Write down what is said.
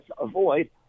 avoid